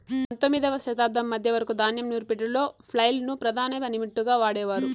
పందొమ్మిదవ శతాబ్దం మధ్య వరకు ధాన్యం నూర్పిడిలో ఫ్లైల్ ను ప్రధాన పనిముట్టుగా వాడేవారు